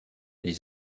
les